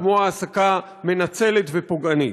כמו העסקה מנצלת ופוגענית.